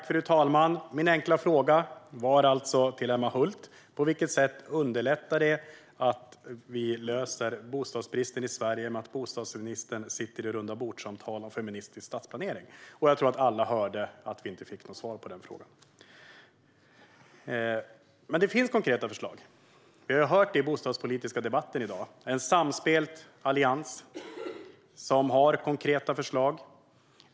Fru talman! Min enkla fråga till Emma Hult var alltså på vilket sätt det underlättar att vi löser bostadsbristen i Sverige att bostadsministern sitter i rundabordssamtal om feministisk stadsplanering. Jag tror att alla hörde att vi inte fick något svar på den frågan. Det finns konkreta förslag. Vi har hört det i bostadspolitiska debatter i dag. En samspelt allians har konkreta förslag.